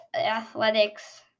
Athletics